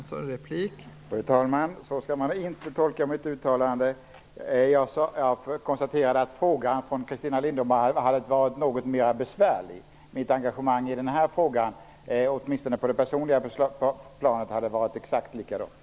Fru talman! Så skall man inte tolka mitt uttalande. Jag konstaterade att frågan från Christina Linderholm hade varit något mera besvärlig. Mitt engagemang i denna fråga hade, åtminstone på det personliga planet, varit exakt likadant.